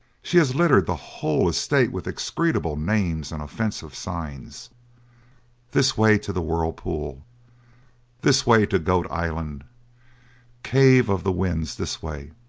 she has littered the whole estate with execrable names and offensive signs this way to the whirlpool this way to goat island cave of the winds this way